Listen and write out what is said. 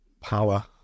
power